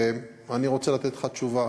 אני רוצה לתת לך תשובה.